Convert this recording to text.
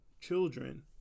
children